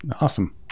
Awesome